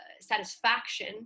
satisfaction